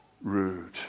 rude